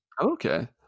Okay